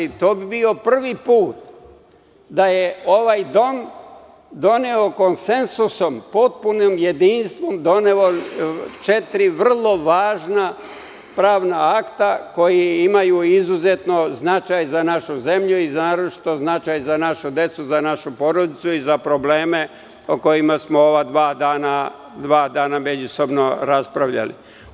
To bi bio prvi put da je ovaj dom doneo konsenzusom, potpunim jedinstvom četiri vrlo važna pravna akta, koji imaju izuzetan značaj za našu zemlju, a naročito značaj za našu decu za našu porodicu i probleme o kojima smo ova dva dana međusobno raspravljali.